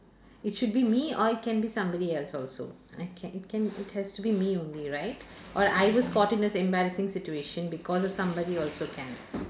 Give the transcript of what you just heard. it should be me or it can be somebody else also or it can it has to be me only right or I was caught in this embarrassing situation because of somebody also can